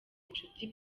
inshuti